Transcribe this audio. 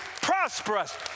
prosperous